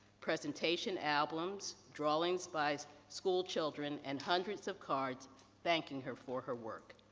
presentation albums, drawings by school children, and hundreds of cards thanking her for her work.